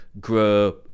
grow